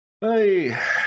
Hey